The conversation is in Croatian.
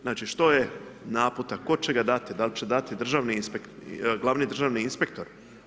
Znači, što je naputak, tko će ga dati, dal će dati glavni državni inspektor?